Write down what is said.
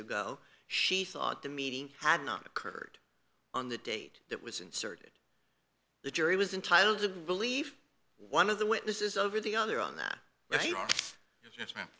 ago she thought the meeting had not occurred on the date that was inserted the jury was entitle to believe one of the witnesses over the other on that they are